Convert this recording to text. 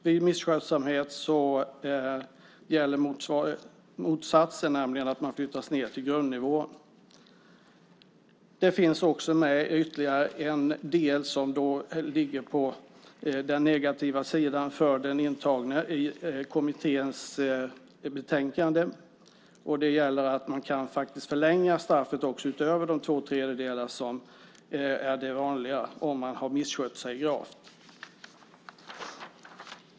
Vid misskötsamhet gäller motsatsen, nämligen att man flyttas ned till grundnivån. Det finns ytterligare en del i kommitténs betänkande som ligger på den negativa sidan för den intagne. Det är att man faktiskt kan förlänga straffet utöver de två tredjedelar som är det vanliga om man har misskött sig gravt.